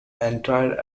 entire